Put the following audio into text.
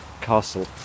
castle